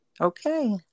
Okay